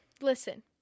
Listen